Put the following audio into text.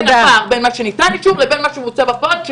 מה הפער בין האישור שניתן לבין מה שבוצע בפועל.